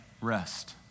rest